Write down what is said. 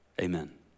amen